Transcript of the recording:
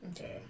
Okay